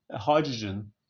hydrogen